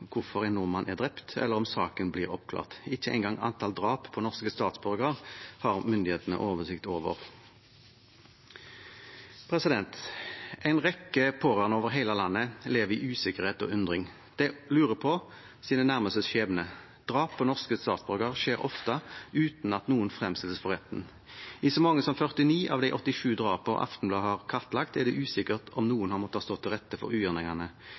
hvorfor en nordmann er drept, eller om saken blir oppklart. Ikke engang antall drap på norske statsborgere har myndighetene oversikt over. En rekke pårørende over hele landet lever i usikkerhet og undring. De lurer på sine nærmestes skjebne. Drap på norske statsborgere skjer ofte uten at noen fremstilles for retten. I så mange som 49 av de 87 drapene Aftenbladet har kartlagt, er det usikkert om noen har måttet stå til rette for ugjerningene.